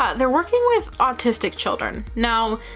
they're working with autistic children. now,